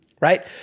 Right